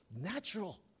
natural